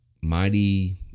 mighty